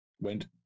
went